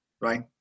right